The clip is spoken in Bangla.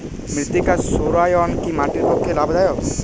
মৃত্তিকা সৌরায়ন কি মাটির পক্ষে লাভদায়ক?